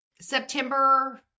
September